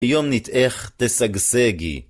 היום ניתאך תסגסגי.